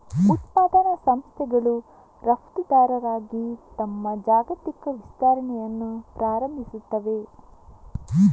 ಉತ್ಪಾದನಾ ಸಂಸ್ಥೆಗಳು ರಫ್ತುದಾರರಾಗಿ ತಮ್ಮ ಜಾಗತಿಕ ವಿಸ್ತರಣೆಯನ್ನು ಪ್ರಾರಂಭಿಸುತ್ತವೆ